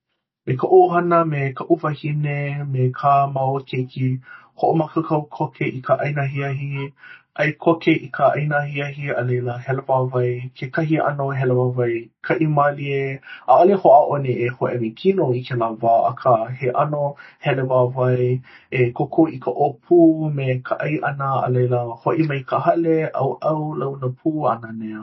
me koʻu ʻohana. me kaʻu wahine, me kā māua keiki hoʻomākaukau koke i ka ʻaina ahiahi. ʻai koke i ka ʻaina ahiahi a laila hele wāwae kekahi ʻano hele wāwae kaʻi mālie ʻaʻale hoʻāʻo nei e hoʻēmi kino i kēlā wā akā he ʻano hele wāwae e kōkua i ka ʻōpū me ka ʻai ʻana a laila hoʻi mai i ka hale, ʻauʻau, launa pū a nānea